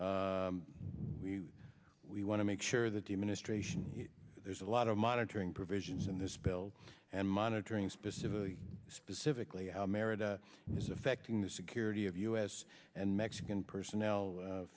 bill we want to make sure that the administration there's a lot of monitoring provisions in this bill and monitoring specifically specifically how america is affecting the security of u s and mexican personnel